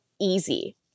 easy